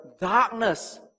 darkness